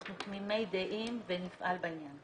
אנחנו תמימי דעים ונפעל בעניין.